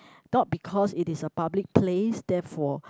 not because it is a public place therefore